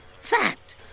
Fact